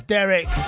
Derek